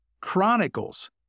chronicles